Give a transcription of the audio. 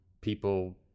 people